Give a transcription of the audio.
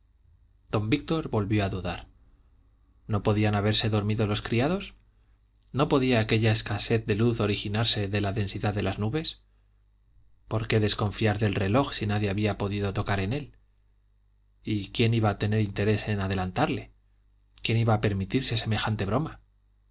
don víctor volvió a dudar no podían haberse dormido los criados no podía aquella escasez de luz originarse de la densidad de las nubes por qué desconfiar del reloj si nadie había podido tocar en él y quién iba a tener interés en adelantarle quién iba a permitirse semejante broma